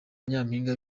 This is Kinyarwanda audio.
nyampinga